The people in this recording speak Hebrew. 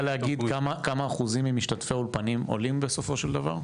להגיד כמה אחוזים ממשתפי האולפנים עולים בסופו של דבר?